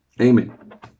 Amen